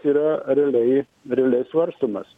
yra realiai realiai svarstomas